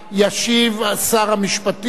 ישיב שר המשפטים.